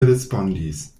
respondis